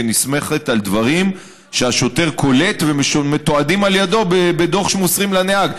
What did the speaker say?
שנסמכת על דברים שהשוטר קולט ומתועדים על ידו בדוח שמוסרים לנהג.